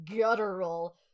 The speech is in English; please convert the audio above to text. guttural